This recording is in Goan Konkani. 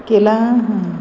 केला